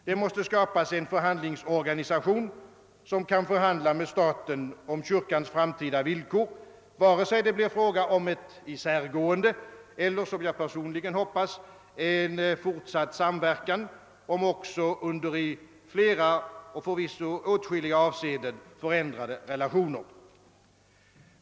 Det måste skapas en = förhandlingsorganisation, som kan förhandla med staten om kyrkans framtida villkor, vare sig det blir fråga om ett isärgående eller — som jag personligen hoppas — en fortsatt samverkan, om också under i flera avseenden förändrade relationer.